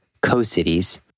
Co-Cities